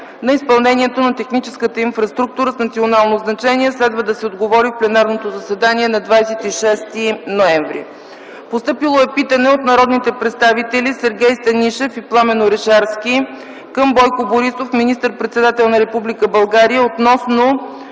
Бойко Борисов – министър-председател на Република България, относно